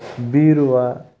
ಬೀರುವ